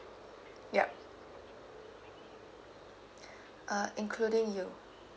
yup uh including you